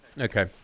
Okay